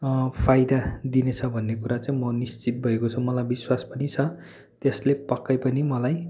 फाइदा दिनेछ भन्ने कुरा चाहिँ म निश्चित भएको छु मलाई विश्वास पनि छ त्यसले पक्कै पनि मलाई